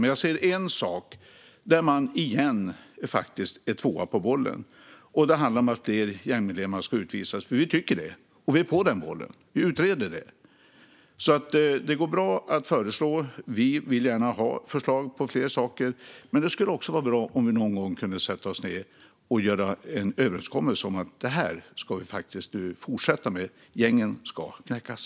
Men jag har sett en sak där man igen är tvåa på bollen. Det handlar om att fler gängmedlemmar ska utvisas. Det tycker vi, och vi är på den bollen och utreder det. Det går bra att föreslå. Vi vill gärna ha förslag på fler saker. Men det skulle också vara bra om vi någon gång kunde sätta oss ned och göra en överenskommelse om något som vi ska fortsätta med. Gängen ska knäckas.